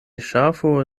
ŝafo